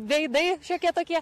veidai šiokie tokie